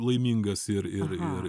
laimingas ir ir ir